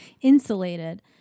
insulated